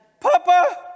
Papa